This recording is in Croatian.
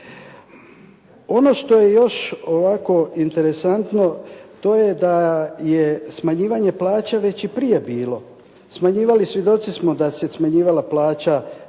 Ono što je još ovako interesantno, to je da je smanjivanje plaća već i prije bilo. Svjedoci smo da se smanjivala plaća